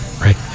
Right